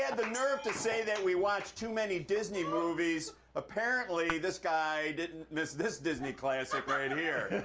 and the nerve to say that we watch too many disney movies. apparently this guy didn't miss this disney classic right here.